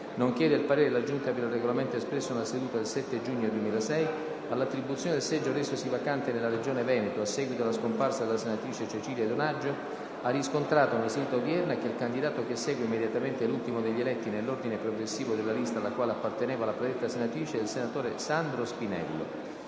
nonché del parere della Giunta per il Regolamento espresso nella seduta del 7 giugno 2006, all'attribuzione del seggio resosi vacante nella Regione Veneto a seguito della scomparsa della senatrice Cecilia Donaggio, ha riscontrato, nella seduta odierna, che il candidato che segue immediatamente l'ultimo degli eletti nell'ordine progressivo della lista alla quale apparteneva la predetta senatrice è Sandro Spinello.